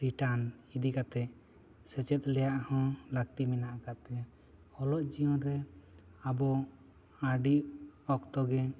return ᱤᱫᱤ ᱠᱟᱛᱮᱫ ᱥᱮᱪᱮᱫ ᱨᱮᱭᱟᱜ ᱦᱚᱸ ᱞᱟᱹᱠᱛᱤ ᱢᱮᱱᱟᱜ ᱟᱠᱟᱫ ᱛᱟᱭᱟ ᱚᱞᱚᱜ ᱡᱤᱭᱚᱱ ᱨᱮ ᱟᱵᱚ ᱟᱹᱰᱤ ᱚᱠᱛᱚ ᱜᱮ